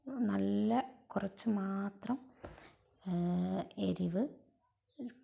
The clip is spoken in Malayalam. നല്ല കുറച്ച് മാത്രം എരിവ്